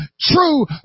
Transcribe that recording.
true